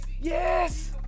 Yes